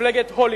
מפלגת הולילנד.